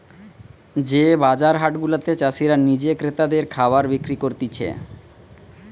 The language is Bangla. যে বাজার হাট গুলাতে চাষীরা নিজে ক্রেতাদের খাবার বিক্রি করতিছে